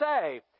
say